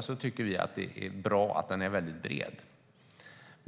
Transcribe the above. så bred.